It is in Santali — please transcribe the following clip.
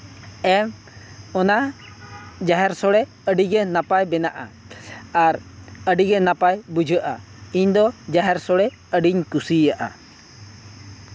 ᱮᱢ ᱚᱱᱟ ᱡᱟᱦᱮᱨ ᱥᱳᱲᱮ ᱟᱹᱰᱤᱜᱮ ᱱᱟᱯᱟᱭ ᱵᱮᱱᱟᱜᱼᱟ ᱟᱨ ᱟᱹᱰᱤᱜᱮ ᱱᱟᱯᱟᱭ ᱵᱩᱡᱷᱟᱹᱜᱼᱟ ᱤᱧᱫᱚ ᱡᱟᱦᱮᱨ ᱥᱳᱲᱮ ᱟᱹᱰᱤᱧ ᱠᱩᱥᱤᱭᱟᱜᱼᱟ